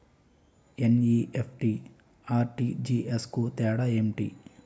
NEFT, RTGS కు తేడా ఏంటి?